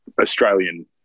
Australian